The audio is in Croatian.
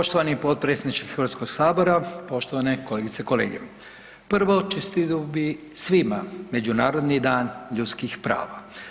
Poštovani potpredsjedniče Hrvatskog sabora, poštovane kolegice i kolege, prvo čestitao bih svima Međunarodni dan ljudskih prava.